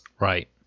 Right